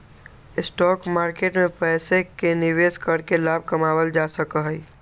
stock market में पैसे के निवेश करके लाभ कमावल जा सका हई